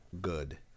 good